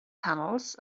panels